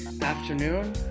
afternoon